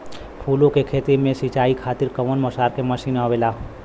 फूलो के खेती में सीचाई खातीर कवन प्रकार के मशीन आवेला?